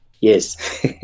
Yes